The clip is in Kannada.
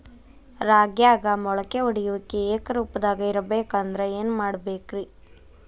ರಾಗ್ಯಾಗ ಮೊಳಕೆ ಒಡೆಯುವಿಕೆ ಏಕರೂಪದಾಗ ಇರಬೇಕ ಅಂದ್ರ ಏನು ಮಾಡಬೇಕ್ರಿ?